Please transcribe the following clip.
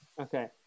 Okay